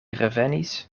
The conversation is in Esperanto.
revenis